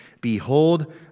Behold